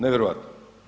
Nevjerovatno.